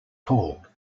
tall